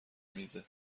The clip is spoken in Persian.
میزه